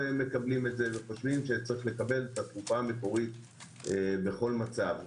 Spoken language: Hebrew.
וחושבים שצריך לקבל את התרופה המקורית בכל מצב.